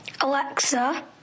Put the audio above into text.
Alexa